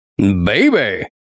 Baby